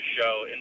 show